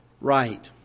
right